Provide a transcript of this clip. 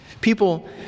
People